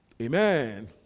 Amen